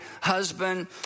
husband